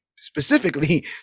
specifically